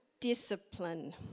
discipline